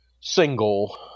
single